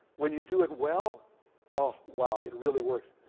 when you do it well oh wow, it really works.